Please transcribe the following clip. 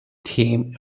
team